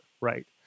right